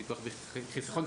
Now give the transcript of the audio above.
ביטוח וחיסכון.